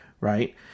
right